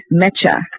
Mecha